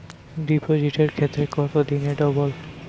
ডিপোজিটের ক্ষেত্রে কত দিনে ডবল?